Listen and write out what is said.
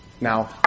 Now